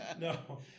No